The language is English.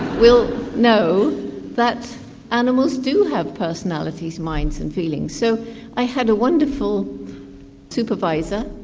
will know that animals do have personalities, minds and feelings. so i had a wonderful supervisor,